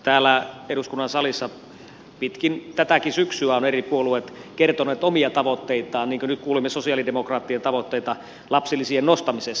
täällä eduskunnan salissa pitkin tätäkin syksyä ovat eri puolueet kertoneet omia tavoitteitaan niin kuin nyt kuulimme sosialidemokraattien tavoitteita lapsilisien nostamiseksi